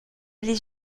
les